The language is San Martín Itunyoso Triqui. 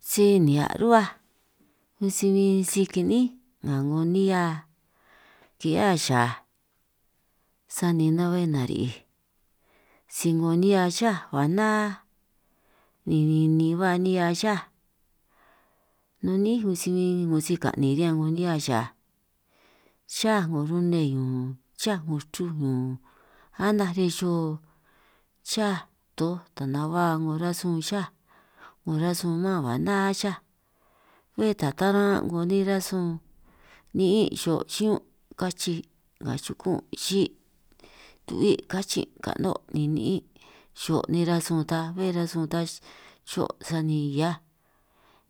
Si nihia' ruhuaj un si huin si kini'ín nga nihia kihia xaj, sani na'hue nari'ij si 'ngo nihia xa ba ná ni ninin ba nihia xa, nun niín un si huin 'ngo si ka'nin riñan 'ngo nihia xaj xa 'ngo rune ñun xa 'ngo chruj ñun anaj riñan xihio xa toj ta nanj ba 'ngo rasun xaj 'ngo rasun man ba na xá, bé ta taj taran' 'ngo nej rasun ni'ín xo' xiñún' kachij nga xukún' xí' tu'huí' kachi' ka'nó' ni ni'ín' xo' nej rasun ta, bé rasun ta xo' sani hiaj